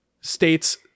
states